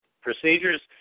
procedures